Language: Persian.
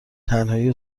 تنهایی